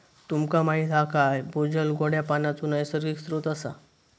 तुमका माहीत हा काय भूजल गोड्या पानाचो नैसर्गिक स्त्रोत असा